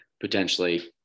potentially